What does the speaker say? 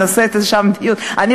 נקיים שם דיון.